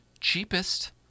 cheapest